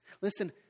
Listen